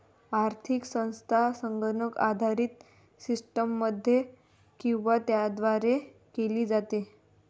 आर्थिक संस्था संगणक आधारित सिस्टममध्ये किंवा त्याद्वारे केली जाते